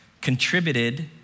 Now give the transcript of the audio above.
contributed